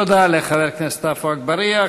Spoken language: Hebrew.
תודה לחבר הכנסת עפו אגבאריה.